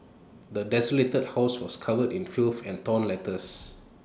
the desolated house was covered in filth and torn letters